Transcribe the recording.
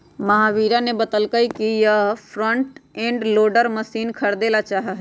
महावीरा ने बतल कई कि वह फ्रंट एंड लोडर मशीन खरीदेला चाहा हई